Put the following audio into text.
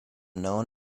known